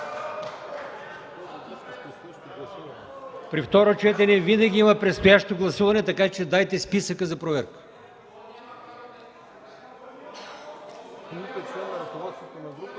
При второ четене винаги има предстоящо гласуване, така че дайте списъка за проверка.